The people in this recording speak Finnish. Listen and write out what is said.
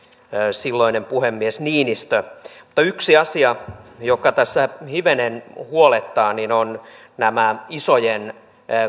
silloinen puhemies niinistö mutta yksi asia joka tässä hivenen huolettaa on nämä isojen